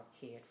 cared